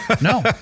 No